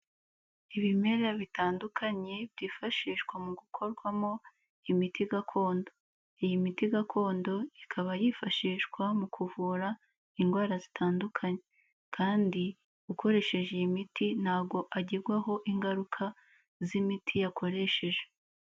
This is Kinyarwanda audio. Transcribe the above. Ibimera bitandukanye byifashishwa mu gukorwamo imiti gakondo, iyi miti gakondo ikaba yifashishwa mu kuvura indwara zitandukanye, kandi ukoresheje iyi miti ntago agerwaho ingaruka z'imiti yakoresheje.